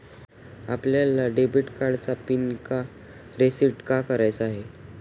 आपल्याला डेबिट कार्डचा पिन का रिसेट का करायचा आहे?